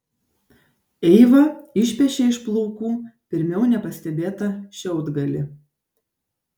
eiva išpešė iš plaukų pirmiau nepastebėtą šiaudgalį